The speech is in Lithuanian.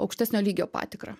aukštesnio lygio patikrą